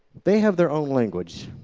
they have their own language.